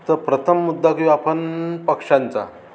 तर प्रथम मुद्दा की आपण पक्ष्यांचा